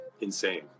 insane